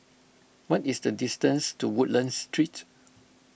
what is the distance to Woodlands Street